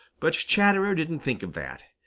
but chatterer didn't think of that.